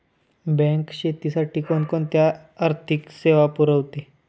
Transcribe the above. Bank शेतीसाठी कोणकोणत्या आर्थिक सेवा पुरवते?